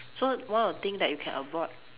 so one of the thing that you can avoid